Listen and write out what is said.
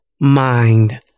mind